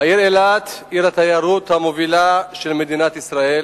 העיר אילת, עיר התיירות המובילה של מדינת ישראל,